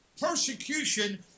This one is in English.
Persecution